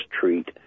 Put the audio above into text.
treat